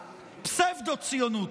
פסאודו-ציונות,